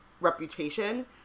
reputation